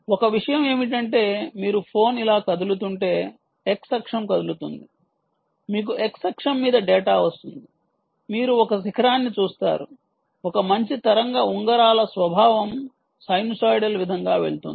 ఒక విషయం ఏమిటంటే మీరు ఫోన్ ఇలా కదులుతుంటే x అక్షం కదులుతుంది మీకు x అక్షం మీద డేటా వస్తుంది మీరు ఒక శిఖరాన్ని చూస్తారు ఒక మంచి తరంగ ఉంగరాల స్వభావం సైనూసోయిడల్ విధంగా వెళుతుంది